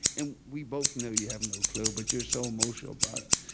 and we both know you have no clue, but you're so emotional about it.